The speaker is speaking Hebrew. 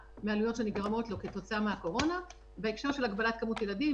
העלויות שנגרמו לו מהקורונה אם זה בהקשר של הגבלת כמות הילדים,